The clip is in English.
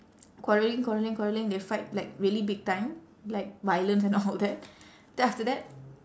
quarrelling quarrelling quarrelling they fight like really big time like violence and all that then after that